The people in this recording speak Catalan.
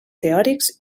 teòrics